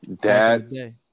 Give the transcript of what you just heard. Dad